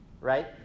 right